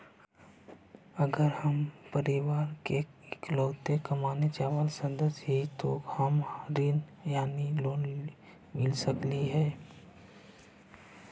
अगर हम परिवार के इकलौता कमाने चावल सदस्य ही तो का हमरा ऋण यानी लोन मिल सक हई?